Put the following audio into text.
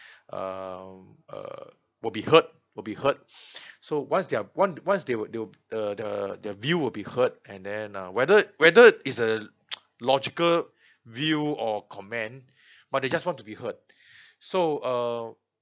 um uh will be heard will be heard so once their one once they would they would the the the view will be heard and then uh whether whether it's a logical view or comment but they just want to be heard so uh